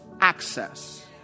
access